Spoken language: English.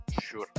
Sure